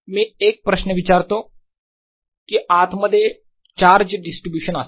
मी एक प्रश्न विचारतो की आत मध्ये चार्ज डिस्ट्रीब्यूशन असेल का